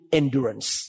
endurance